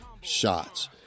shots